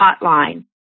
hotline